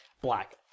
black